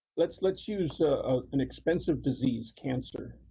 let's let's use ah ah an expensive disease cancer,